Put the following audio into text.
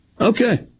Okay